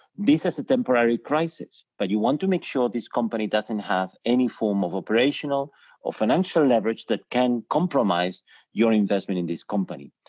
this is a temporary crisis but you want to make sure this company doesn't have any form of operational or financial leverage that can compromise your investment in this company.